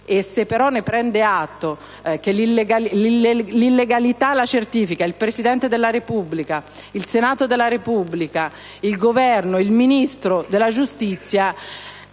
Se però si prende atto che l'illegalità viene certificata dal Presidente della Repubblica, dal Senato della Repubblica, dal Governo e dal Ministro della giustizia,